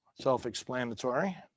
self-explanatory